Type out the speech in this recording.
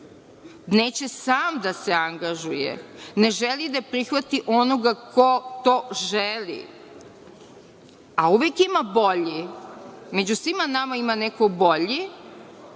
želi sam da se angažuje, ne želi da prihvati onoga ko to želi, a uvek ima bolje, među svima nama ima neko bolji.